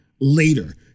later